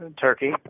Turkey